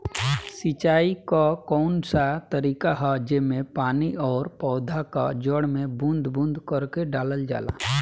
सिंचाई क कउन सा तरीका ह जेम्मे पानी और पौधा क जड़ में बूंद बूंद करके डालल जाला?